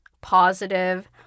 positive